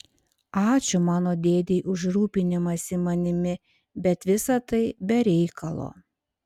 ačiū mano dėdei už rūpinimąsi manimi bet visa tai be reikalo